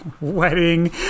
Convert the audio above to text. wedding